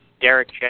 Derek